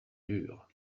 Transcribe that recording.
dur